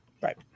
Right